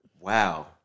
wow